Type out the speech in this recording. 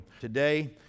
Today